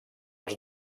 els